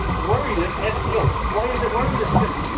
worry less ah seo? why is it worry less? because?